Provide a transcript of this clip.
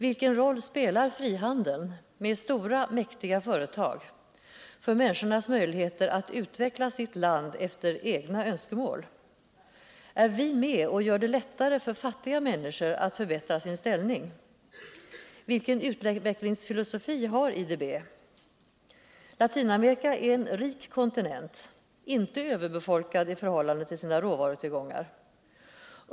Vilken roll spelar frihandeln med stora, mäktiga företag för människornas möjligheter att utveckla sitt land efter egna önskemål? Är vi med och gör det lättare för fattiga människor att förbättra sin ställning? Vilken utvecklingsfilosofi har IDB? Latinamerika är en rik kontinent, inte överbefolkad i amerikanska utvecklingsbanken 50 förhållande till sina råvarutillgångar.